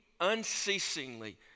unceasingly